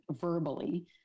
verbally